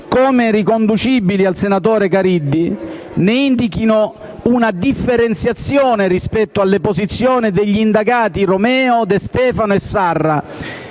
riconducibili al senatore Caridi, ne indichino una differenziazione rispetto alle posizioni degli indagati Romeo, De Stefano e Sarra,